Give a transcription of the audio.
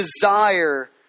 desire